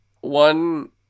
one